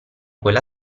quella